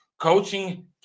Coaching